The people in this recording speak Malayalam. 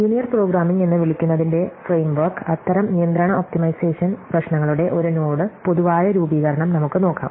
ലീനിയർ പ്രോഗ്രാമിംഗ് എന്ന് വിളിക്കുന്നതിന്റെ ഫ്രെയിംവർക്ക് അത്തരം നിയന്ത്രണ ഒപ്റ്റിമൈസേഷൻ പ്രശ്നങ്ങളുടെ ഒരു നോഡ് പൊതുവായ രൂപീകരണം നമുക്ക് നോക്കാം